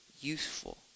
useful